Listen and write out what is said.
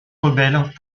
rebelles